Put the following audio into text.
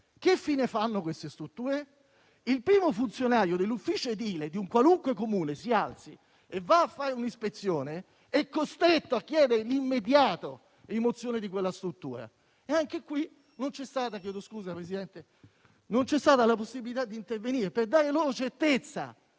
Che fine fanno queste strutture? Il primo funzionario dell'ufficio edile di un qualunque Comune che si alza e va a fare un'ispezione è costretto a chiedere l'immediata rimozione della struttura. Anche in questo caso non c'è stata la possibilità di intervenire per dare loro certezza